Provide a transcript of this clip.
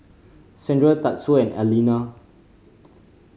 Sandra Tatsuo and Alena